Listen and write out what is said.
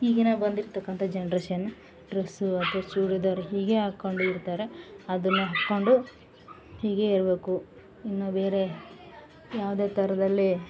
ಈಗಿನ ಒಂದಿರ್ತಕ್ಕಂಥ generation dress ಅಥ್ವ ಚೂಡಿದಾರ್ ಹೀಗೆ ಹಾಕೊಂಡು ಇರ್ತಾರೆ ಅದನ್ನೆ ಹಾಕೊಂಡು ಹೀಗೆ ಇರ್ಬೇಕು ಇನ್ನು ಬೇರೆ ಯಾವುದೇ ಥರದಲ್ಲಿ